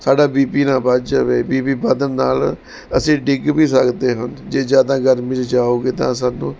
ਸਾਡਾ B P ਨਾ ਵੱਧ ਜਾਵੇ ਬੀ ਪੀ ਵਧਣ ਨਾਲ ਅਸੀਂ ਡਿੱਗ ਵੀ ਸਕਦੇ ਹਨ ਜੇ ਜ਼ਿਆਦਾ ਗਰਮੀ 'ਚ ਜਾਓਗੇ ਤਾਂ ਸਾਨੂੰ